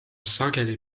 sageli